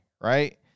right